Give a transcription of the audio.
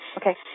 okay